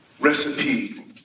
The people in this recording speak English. Recipe